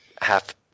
half